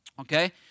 okay